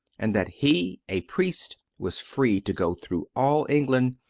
and that he, a priest, was free to go through all england,